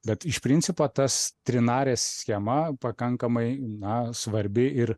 bet iš principo tas trinarė schema pakankamai na svarbi ir